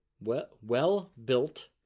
Well-built